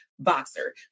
Boxer